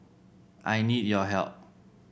I need your help